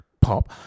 pop